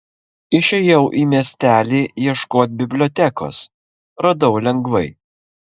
išėjau į miestelį ieškot bibliotekos radau lengvai